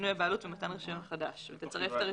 שינוי הבעלות ומתן רישיון חדש ותצרף את הרישיון.